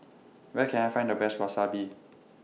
Where Can I Find The Best Wasabi